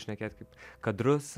šnekėt kaip kadrus